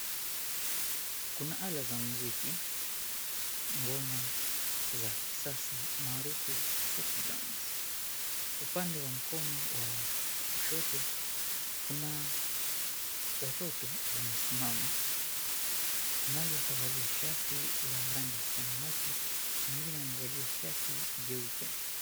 Kuna ala za muziki, ngoma za kisasa maarufu set drums . Upande wa mkono wa kushoto kuna watoto wamesimama. Mmoja kavalia shati ya rangi ya samawati, mwingine amevalia shati jeupe.